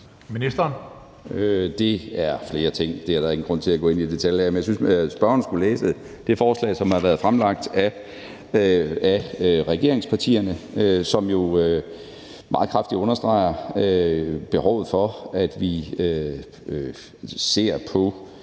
Det er flere ting, og det er der ingen grund til at gå i detaljer med. Men jeg synes, at spørgeren skulle læse det forslag til vedtagelse, som er blevet fremsat af regeringspartierne, og som jo meget kraftigt understreger behovet for, at vi ser på